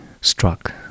struck